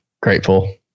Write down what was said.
grateful